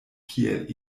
kiel